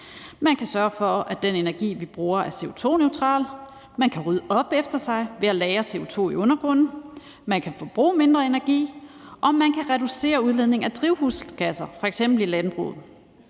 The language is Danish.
Man kan sørge for, at den energi, man bruger, er CO2-neutral; man kan rydde op efter sig ved at lagre CO2 i undergrunden; man kan forbruge mindre energi; og man kan reducere udledningen af drivhusgasser, f.eks. i landbruget;